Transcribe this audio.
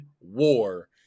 war